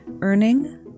earning